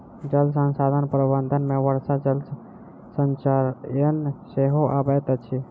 जल संसाधन प्रबंधन मे वर्षा जल संचयन सेहो अबैत अछि